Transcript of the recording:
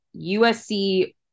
USC